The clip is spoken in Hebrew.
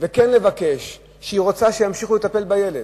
וכן לבקש שימשיכו לטפל בילד.